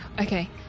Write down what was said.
okay